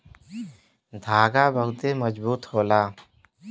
धागा बहुते मजबूत होला